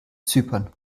zypern